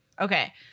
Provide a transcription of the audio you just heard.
Okay